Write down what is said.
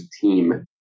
team